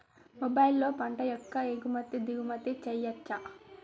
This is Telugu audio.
మొబైల్లో పంట యొక్క ఎగుమతి దిగుమతి చెయ్యచ్చా?